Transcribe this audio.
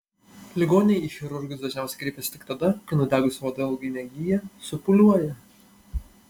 ligoniai į chirurgus dažniausiai kreipiasi tik tada kai nudegusi oda ilgai negyja supūliuoja